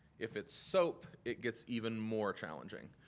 if it's soap it gets even more challenging,